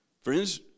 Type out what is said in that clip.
friends